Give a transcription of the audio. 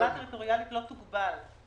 שהתחולה הטריטוריאלית לא תוגבל.